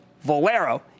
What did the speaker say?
Valero